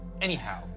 Anyhow